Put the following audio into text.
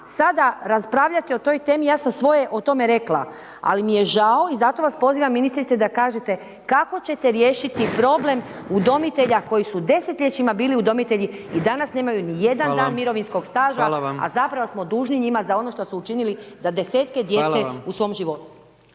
sada raspravljati o toj temi, ja sam svoje o tome rekla. Ali mi je žao i zato vas pozivam ministrice da kažete kako će te riješiti problem udomitelja koji su desetljećima bili udomitelji i danas nemaju ni jedan dan mirovinskog staža, a zapravo smo dužni njima za ono što su učinili za desetke djece u svom životu.